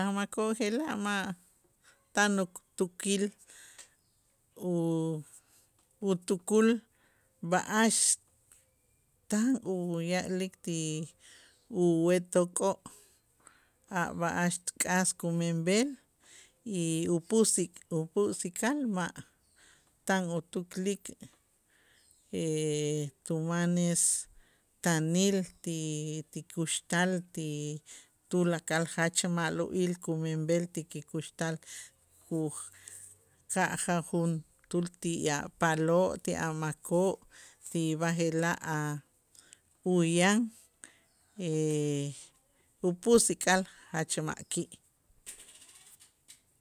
A' makoo' je'la' ma' tan uktukil u- utukul b'a'ax tan uya'lik ti uwet'ookoo' a' b'a'ax k'as kumenb'el y upusi upisik'al ma' tan utuklik tu manes taanil ti- ti kuxtal ti tulakal jach ma'lo'il kumenb'el ti kikuxtal uj ka' jaj juntuul ti a' paaloo' ti a' makoo' ti b'aje'laj a' uyaan upusik'al jach ma'ki'.